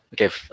Okay